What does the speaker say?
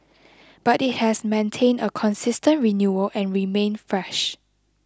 but it has maintained a consistent renewal and remained fresh